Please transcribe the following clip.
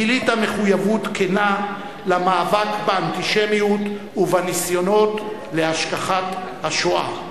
גילית מחויבות כנה למאבק באנטישמיות ובניסיונות להשכחת השואה.